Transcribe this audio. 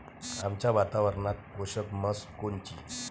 आमच्या वातावरनात पोषक म्हस कोनची?